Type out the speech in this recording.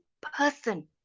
person